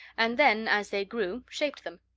and then, as they grew, shaped them.